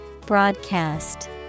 Broadcast